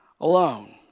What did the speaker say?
alone